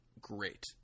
great